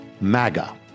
MAGA